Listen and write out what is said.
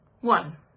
one